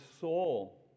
soul